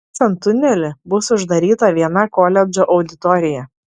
kasant tunelį bus uždaryta viena koledžo auditorija